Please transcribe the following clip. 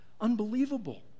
Unbelievable